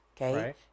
okay